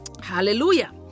Hallelujah